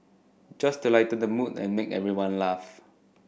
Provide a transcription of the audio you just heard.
just to lighten the mood and make everyone laugh